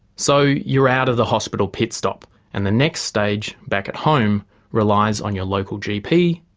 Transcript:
so you're out of the hospital pit stop and the next stage back at home relies on your local gp,